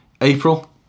April